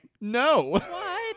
No